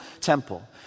temple